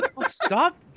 Stop